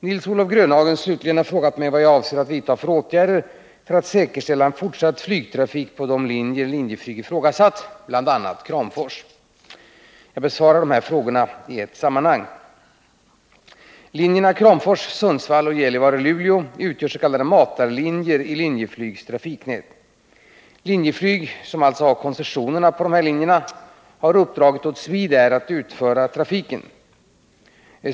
Nils-Olof Grönhagen, slutligen, har frågat mig vad jag avser att vidta för åtgärder för att säkerställa en fortsatt flygtrafik på de linjer Linjeflyg ifrågasatt, bl.a. Kramfors. Jag besvarar frågorna i ett sammanhang. Linjerna Kramfors-Sundsvall och Gällivare-Luleå utgör s.k. matarlinjer i Linjeflygs trafiknät. Linjeflyg, som har koncessionerna på dessa linjer, har uppdragit åt Swedair att utföra trafiken.